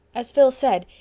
as phil said,